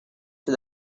for